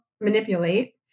manipulate